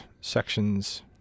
sections